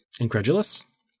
incredulous